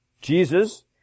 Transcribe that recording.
Jesus